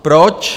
Proč?